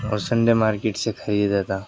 اور Sunday market سے خریدا تھا